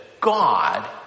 God